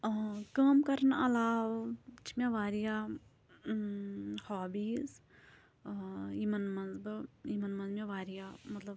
ٲں کٲم کَرنہٕ علاوٕ چھِ مےٚ واریاہ ہابیٖز ٲں یِمَن منٛز بہٕ یِمَن منٛز مےٚ واریاہ مطلب